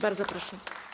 Bardzo proszę.